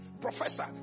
Professor